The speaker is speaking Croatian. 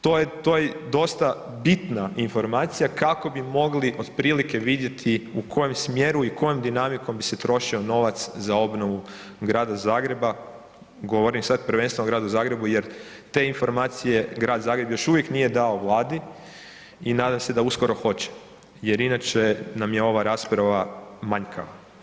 To je dosta bitna informacija, kako bi mogli otprilike vidjeti u kojem smjeru i kojoj dinamikom bi se trošio novac za obnovu grada Zagreba, govorim sad prvenstveno gradu Zagrebu jer te informacije grad Zagreb još uvijek nije dao Vladi i nadam se da uskoro hoće jer inače nam je ova rasprava manjkava.